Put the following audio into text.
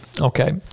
okay